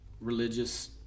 religious